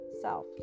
self